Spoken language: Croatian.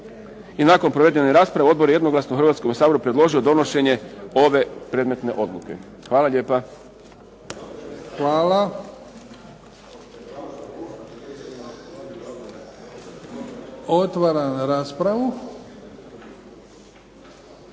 I nakon provedene rasprave odbor je jednoglasno Hrvatskom saboru predložio donošenje ove predmetne odluke. Hvala lijepa. **Bebić, Luka